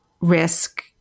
risk